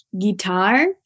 guitar